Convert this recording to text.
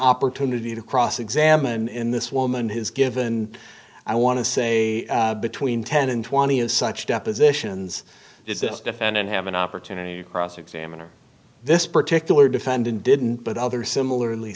opportunity to cross examine this woman has given i want to say between ten and twenty of such depositions is this defendant have an opportunity to cross examine or this particular defendant didn't but other similarly